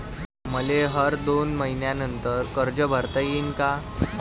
मले हर दोन मयीन्यानंतर कर्ज भरता येईन का?